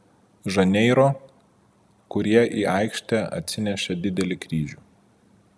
žaneiro kurie į aikštę atsinešė didelį kryžių